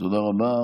תודה רבה.